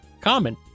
common